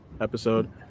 episode